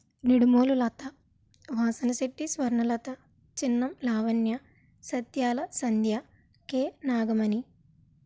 Nidimolu Latha Vasana Shetty Swarnalatha Chinnam Lavanya Satyala Sandhya K Nagamani